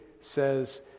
says